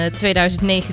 2009